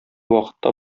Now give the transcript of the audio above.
вакытта